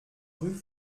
rue